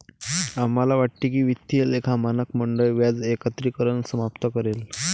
आम्हाला वाटते की वित्तीय लेखा मानक मंडळ व्याज एकत्रीकरण समाप्त करेल